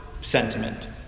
sentiment